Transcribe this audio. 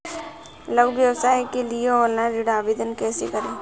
लघु व्यवसाय के लिए ऑनलाइन ऋण आवेदन कैसे करें?